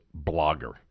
blogger